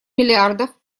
миллиардов